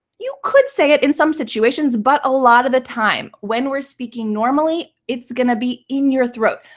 you could say it in some situations, but a lot of the time, when we're speaking normally, it's going to be in your throat.